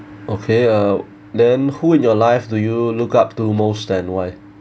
okay uh then who in your life do you looked up to most and why